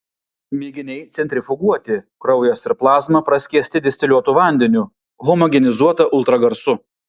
mėginiai centrifuguoti kraujas ir plazma praskiesti distiliuotu vandeniu homogenizuota ultragarsu